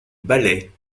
ballets